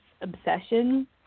Obsession